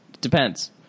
depends